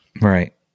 Right